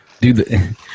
dude